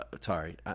sorry